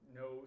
no